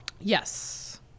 yes